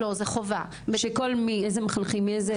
איזה גילאים?